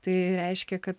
tai reiškia kad